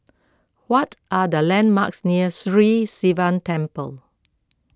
what are the landmarks near Sri Sivan Temple